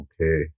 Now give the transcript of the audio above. okay